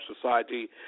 society